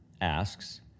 asks